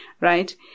right